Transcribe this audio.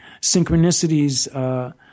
synchronicities